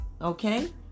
Okay